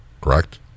correct